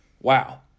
wow